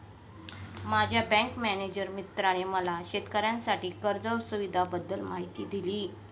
माझ्या bank manager मित्राने मला शेतकऱ्यांसाठी कर्ज सुविधांबद्दल माहिती दिली